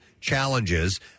challenges